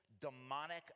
demonic